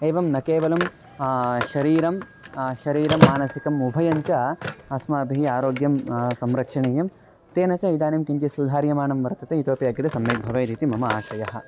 एवं न केवलं शरीरं शरीरं मानसिकम् उभयं च अस्माभिः आरोग्यं संरक्षणीयं तेन च इदानीं किञ्चित् सुधार्यमाणं वर्तते इतोपि अग्रे सम्यक् भवेदिति मम आशयः